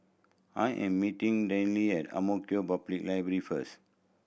I am meeting Denine at Ang Mo Kio Library first